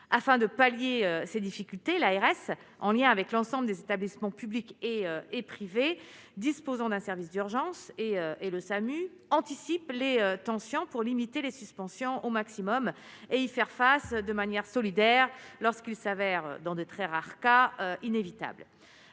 afin de pallier ces difficultés, l'ARS en lien avec l'ensemble des établissements publics et et privés disposant d'un service d'urgence et et le SAMU anticipe les tensions pour limiter les suspensions au maximum et y faire face de manière solidaire s'avère dans de très rares cas inévitables